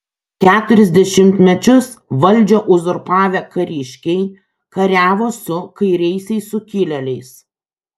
keturis dešimtmečius valdžią uzurpavę kariškiai kariavo su kairiaisiais sukilėliais